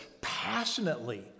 passionately